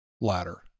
ladder